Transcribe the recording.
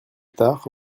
tard